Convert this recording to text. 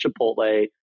Chipotle